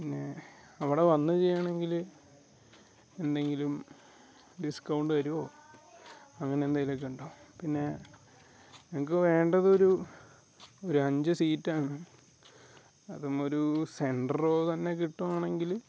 പിന്നെ അവിടെ വന്ന് ചെയ്യണം എങ്കിൽ എന്തെങ്കിലും ഡിസ്കൗണ്ട് തരുമോ അങ്ങനെ എന്തേലും ഒക്കെ ഉണ്ടോ പിന്നെ ഞങ്ങൾക്ക് വേണ്ടത് ഒരു ഒരു അഞ്ച് സീറ്റാണ് അതും ഒരു സെൻ്റ റോ തന്നെ കിട്ടുവാണെങ്കിൽ